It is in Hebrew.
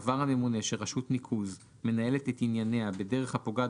שסבר הממונה שרשות ניקוז מנהלת את ענייניה בדרך הפוגעת